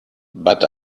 but